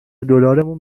دلارمون